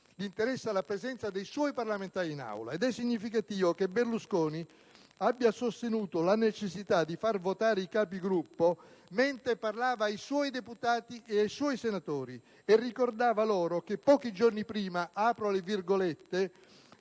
interessa la presenza dei suoi parlamentari in Aula. Ed è significativo che Berlusconi abbia sostenuto la necessità di far votare i Capigruppo mentre parlava ai suoi deputati e senatori e ricordava loro che pochi giorni prima «63 parlamentari»